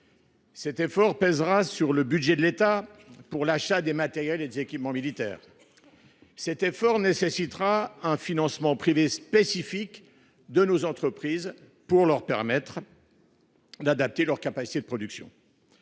Cet effort pèsera sur le budget de l’État pour l’achat des matériels et des équipements militaires. Il nécessitera un financement privé spécifique de nos entreprises pour leur permettre d’adapter leurs capacités de production.